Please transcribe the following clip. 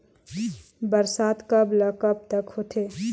बरसात कब ल कब तक होथे?